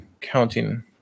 counting